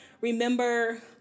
Remember